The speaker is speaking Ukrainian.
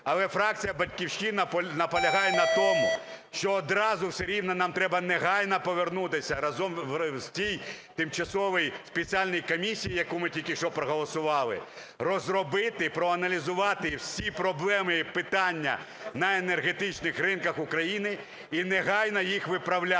Але фракція "Батьківщина" наполягає на тому, що одразу все рівно нам треба негайно повернутися разом в цій тимчасовій спеціальній комісії, яку ми тільки що проголосували, розробити, проаналізувати всі проблеми і питання на енергетичних ринках України і негайно їх виправляти,